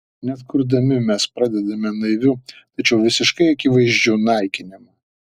net kurdami mes pradedame naiviu tačiau visiškai akivaizdžiu naikinimu